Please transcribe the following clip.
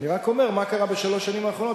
אני רק אומר מה קרה בשלוש השנים האחרונות.